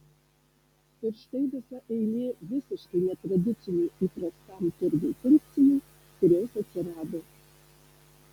ir štai visa eilė visiškai netradicinių įprastam turgui funkcijų kurios atsirado